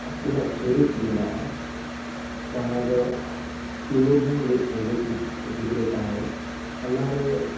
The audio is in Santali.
ᱟᱠᱤᱱᱟᱜ ᱪᱩᱨᱤᱛ ᱢᱮᱱᱟᱜᱼᱟ ᱡᱟᱦᱟᱸ ᱫᱚ ᱫᱤᱱᱩ ᱦᱚᱸ ᱢᱤᱫ ᱨᱮᱸᱜᱮᱡ ᱜᱤᱫᱽ ᱜᱤᱫᱽᱨᱟᱹᱭ ᱛᱟᱦᱮᱭᱟ ᱚᱱᱟᱨᱮ